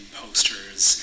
posters